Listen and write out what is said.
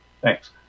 Thanks